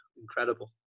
incredible